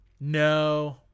No